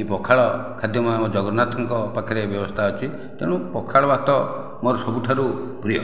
ଏ ପଖାଳ ଖାଦ୍ୟ ଜଗନ୍ନାଥଙ୍କ ପାଖରେ ବ୍ୟବସ୍ଥା ଅଛି ତେଣୁ ପଖାଳ ଭାତ ମୋର ସବୁଠାରୁ ପ୍ରିୟ